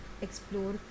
explore